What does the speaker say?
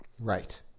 Right